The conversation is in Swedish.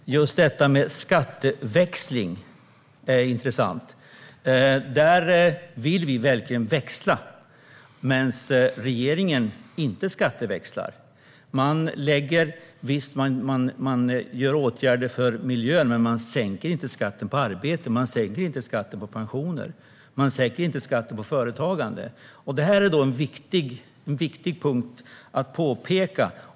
Herr talman! Detta med skatteväxling är intressant. Vi vill verkligen växla, medan regeringen inte skatteväxlar. Den vidtar visserligen åtgärder för miljön men sänker inte skatten på arbete, pensioner eller företagande. Detta är en viktig punkt att påpeka.